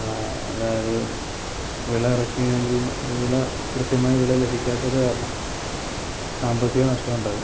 അതായത് വിള ഇറക്കിയില്ലെങ്കിലും വിള കൃത്യമായ വിള ലഭിക്കാത്തത് കാരണം സാമ്പത്തിക നഷ്ടം ഉണ്ടായി